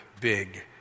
big